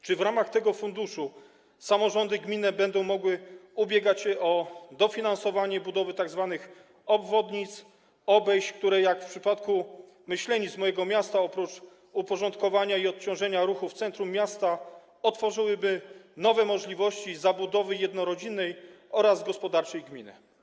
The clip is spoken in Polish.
Czy w ramach tego funduszu samorządy gminne będą mogły ubiegać się o dofinansowanie budowy tzw. obwodnic, obejść, które - jak w przypadku Myślenic, mojego miasta - oprócz uporządkowania i odciążenia ruchu w centrum miasta otworzyłyby nowe możliwości zabudowy jednorodzinnej oraz gospodarczej gminy?